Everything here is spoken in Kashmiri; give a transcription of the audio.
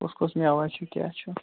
کُس کُس میٚوا چھُ کیٛاہ چھُ